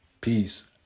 peace